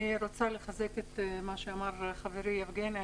אני רוצה לחזק את מה שאמר חברי יבגני.